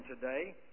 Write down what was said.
today